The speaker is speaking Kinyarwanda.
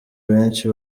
benshi